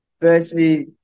Firstly